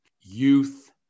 youth